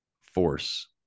force